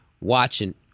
watching